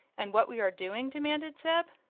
and what we are doing? demanded zeb.